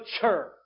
church